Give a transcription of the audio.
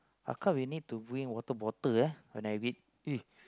how come you need to bring water bottle eh when I read